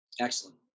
Excellent